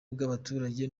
bw’abaturage